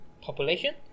population